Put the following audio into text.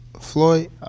Floyd